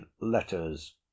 letters